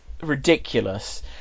ridiculous